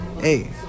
hey